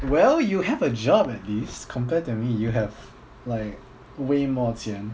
well you have a job at least compared to me you have like way more 钱